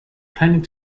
planning